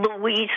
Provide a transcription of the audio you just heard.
Louise